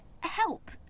help